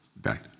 died